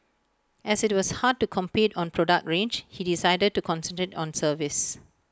as IT was hard to compete on product range he decided to concentrate on service